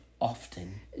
Often